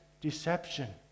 deception